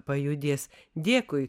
pajudės dėkui